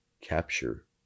capture